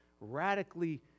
radically